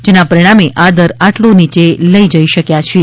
જેના પરિણામે આ દર આટલો નીચે લઇ જઇ શક્યા છીએ